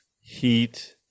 heat